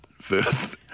first